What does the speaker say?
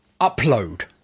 Upload